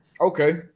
Okay